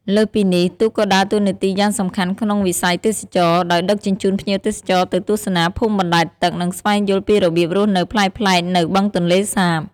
លើសពីនេះ ទូកក៏ដើរតួនាទីយ៉ាងសំខាន់ក្នុងវិស័យទេសចរណ៍ ដោយដឹកជញ្ជូនភ្ញៀវទេសចរទៅទស្សនាភូមិបណ្ដែតទឹក និងស្វែងយល់ពីរបៀបរស់នៅប្លែកៗនៅបឹងទន្លេសាប។